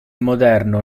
moderno